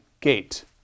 gate